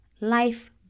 Life